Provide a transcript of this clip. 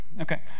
Okay